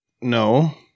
No